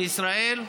בישראל.